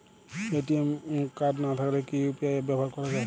ATM card না থাকলে কি ইউ.পি.আই ব্যবহার করা য়ায়?